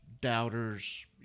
doubters